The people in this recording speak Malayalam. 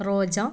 റോജ